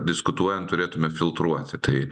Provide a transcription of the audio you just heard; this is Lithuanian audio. diskutuojant turėtumėme filtruoti tai